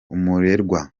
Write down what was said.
umurerwa